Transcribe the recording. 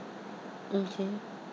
mm K